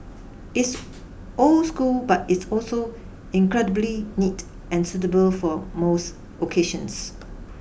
it's old school but it's also incredibly neat and suitable for most occasions